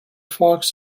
fox